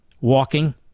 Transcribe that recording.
walking